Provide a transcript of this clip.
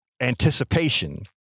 anticipation